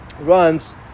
runs